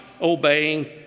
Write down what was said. obeying